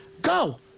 Go